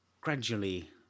gradually